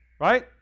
Right